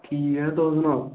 ठीक ऐ तुस सनाओ